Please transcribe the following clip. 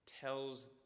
tells